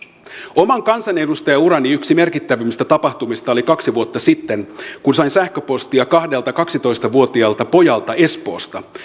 oman kansanedustajaurani yksi merkittävimmistä tapahtumista oli kaksi vuotta sitten kun sain sähköpostia kahdelta kaksitoista vuotiaalta pojalta espoosta